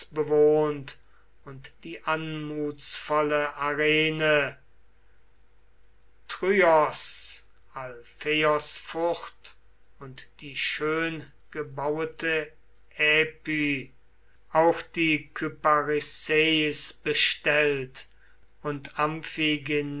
bewohnt und die anmutsvolle arene thryos alpheios furt und die schöngebauete äpy auch die kyparisses bestellt und amphigeneia